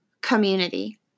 community